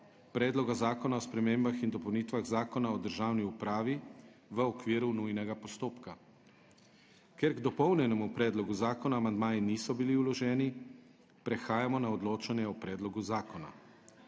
Predloga zakona o spremembah in dopolnitvah Zakona o državni upravi v okviru nujnega postopka**. Ker k dopolnjenemu predlogu zakona amandmaji niso bili vloženi prehajamo na odločanje o predlogu zakona.